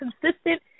consistent